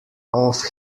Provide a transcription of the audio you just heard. off